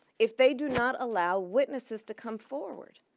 if they do not allow witnesses to come forward.